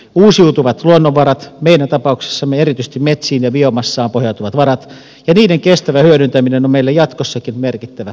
uusiutuvat luonnonvarat meidän tapauksessamme erityisesti metsiin ja biomassaan pohjautuvat varat ja niiden kestävä hyödyntäminen on meille jatkossakin merkittävä kilpailukykytekijä